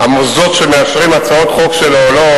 המוסדות שמאשרים הצעות חוק שלו או לא,